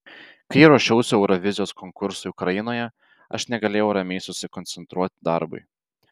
kai ruošiausi eurovizijos konkursui ukrainoje aš negalėjau ramiai susikoncentruoti darbui